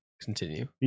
continue